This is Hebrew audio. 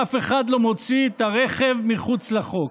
ואף אחד לא מוציא את הרכב מחוץ לחוק".